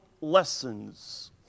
lessons